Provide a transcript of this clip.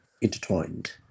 intertwined